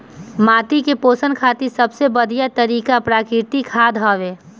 माटी के पोषण खातिर सबसे बढ़िया तरिका प्राकृतिक खाद हवे